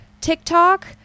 tiktok